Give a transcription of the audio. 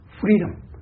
Freedom